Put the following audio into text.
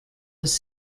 was